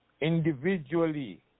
Individually